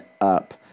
up